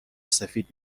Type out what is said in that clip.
سفید